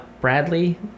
bradley